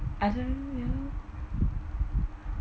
I don't you know